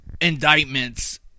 indictments